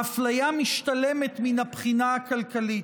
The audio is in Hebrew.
האפליה משתלמת מן הבחינה הכלכלית.